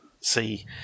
see